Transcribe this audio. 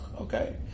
okay